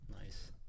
Nice